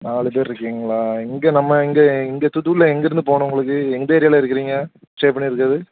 நாலு பேர் இருக்கீங்களா இங்கே நம்ம இங்கே இங்கே தூத்துக்குடியில் எங்கேருந்து போகணும் உங்களுக்கு எந்த ஏரியாவில் இருக்கிறீங்க ஸ்டே பண்ணி இருக்கிறது